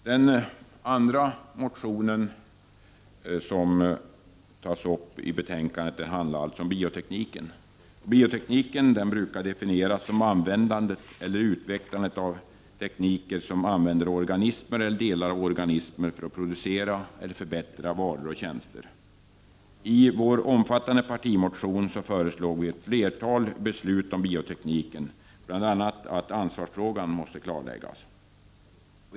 Den andra motionen som tas upp i betänkandet handlar alltså om bioteknik. Bioteknik brukar definieras som användandet eller utvecklandet av tek niker som utnyttjar organismer eller delar av organismer för att producera eller förbättra varor och tjänster. I vår omfattande partimotion föreslog vi ett flertal beslut om bioteknik, bl.a. att ansvarsfrågan skulle klarläggas.